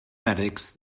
medics